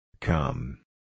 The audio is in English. Come